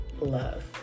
love